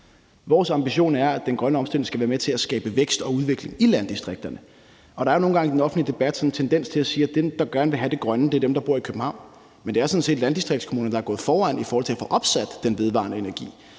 Vores ambition er, at den grønne omstilling skal være med til at skabe vækst og udvikling i landdistrikterne. Der er jo nogle gange i den offentlige debat sådan en tendens til at sige, at dem, der gerne vil have det grønne, er dem, der bor i København. Men det er sådan set landdistriktskommunerne, der er gået foran i forhold til at få opsat den vedvarende energi.